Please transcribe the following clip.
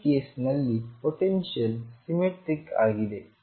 ಆದ್ದರಿಂದ ಈ ಕೇಸ್ ನಲ್ಲಿ ಪೊಟೆನ್ಶಿಯಲ್ ಸಿಮ್ಮೆಟ್ರಿಕ್ ಆಗಿದೆ